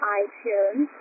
iTunes